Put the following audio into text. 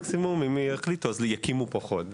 מקסימום אם יחליטו אז יקימו פחות.